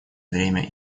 время